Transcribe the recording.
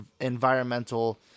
environmental